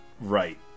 right